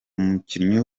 umukinnyi